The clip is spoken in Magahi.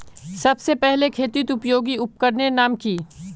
सबसे पहले खेतीत उपयोगी उपकरनेर नाम की?